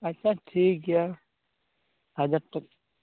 ᱟᱪᱪᱷᱟ ᱴᱷᱤᱠ ᱜᱮᱭᱟ ᱦᱟᱡᱟᱨ ᱴᱟᱠᱟ